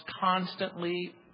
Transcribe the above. constantly